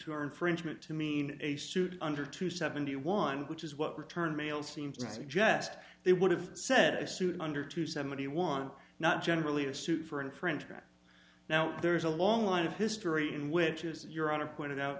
our infringement to mean a suit under two seventy one which is what return mail seems to suggest they would have said a suit under two seventy one not generally a suit for infringement now there is a long line of history in which is your honor pointed out